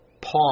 pause